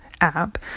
app